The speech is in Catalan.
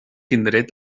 indret